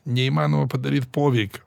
neįmanoma padaryt poveikio